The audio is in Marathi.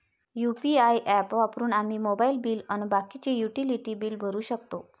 यू.पी.आय ॲप वापरून आम्ही मोबाईल बिल अन बाकीचे युटिलिटी बिल भरू शकतो